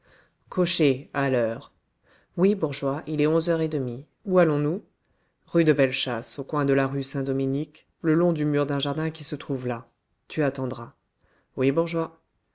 cocher à l'heure oui bourgeois il est onze heures et demie où allons-nous rue de belle chasse au coin de la rue saint-dominique le long du mur d'un jardin qui se trouve là tu attendras oui bourgeois